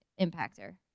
impactor